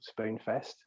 spoonfest